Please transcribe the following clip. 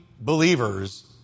believers